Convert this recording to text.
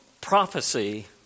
prophecy